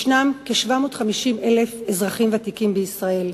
ישנם כ-750,000 אזרחים ותיקים בישראל.